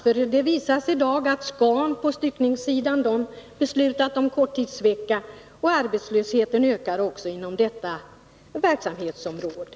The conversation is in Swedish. Vi kan i dag exempelvis konstatera att Scan, på styckningssidan, har beslutat om korttidsvecka, och arbetslösheten ökar också inom detta verksamhetsområde.